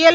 L